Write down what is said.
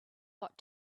what